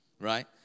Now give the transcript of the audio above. right